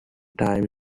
time